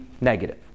negative